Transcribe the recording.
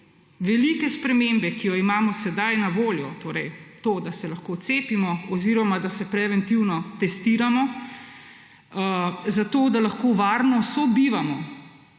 velike spremembe, ki jo imamo zdaj na voljo, torej to, da se lahko cepimo oziroma da se preventivno testiramo zato, da lahko varno sobivamo